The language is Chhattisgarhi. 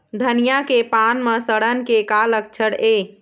धनिया के पान म सड़न के का लक्षण ये?